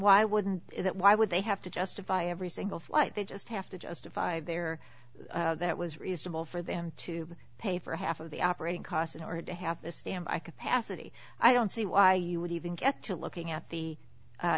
why wouldn't it why would they have to justify every single flight they just have to justify their that was reasonable for them to pay for half of the operating costs in order to have this damn i could pass it i don't see why you would even get to looking at the